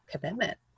commitment